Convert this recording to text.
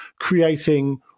creating